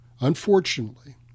Unfortunately